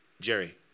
Jerry